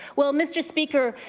well mr. speaker,